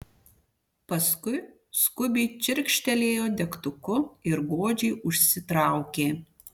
paskui skubiai čirkštelėjo degtuku ir godžiai užsitraukė